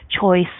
choice